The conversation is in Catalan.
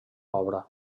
obra